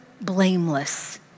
blameless